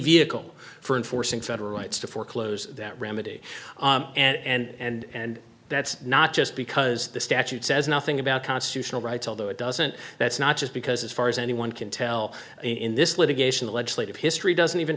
vehicle for enforcing federal rights to foreclose that remedy and that's not just because the statute says nothing about constitutional rights although it doesn't that's not just because as far as anyone can tell in this litigation the legislative history doesn't even